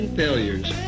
failures